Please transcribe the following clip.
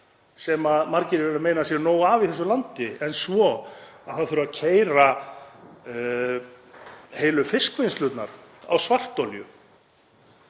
sem margir vilja meina að sé nóg af í þessu landi, en svo að það þurfi að keyra heilu fiskvinnslurnar á svartolíu